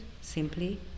simply